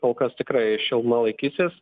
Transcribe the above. kol kas tikrai šiluma laikysis